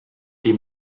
die